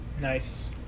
Nice